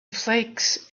flakes